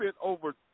over